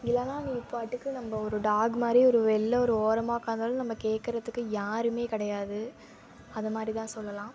இல்லைன்னா நீ பாட்டுக்கு நம்ப ஒரு டாக் மாதிரி ஒரு வெளில ஒரு ஓரமாக உக்காருந்தாலும் நம்ம கேட்கறதுக்கு யாருமே கிடையாது அதை மாதிரி தான் சொல்லலாம்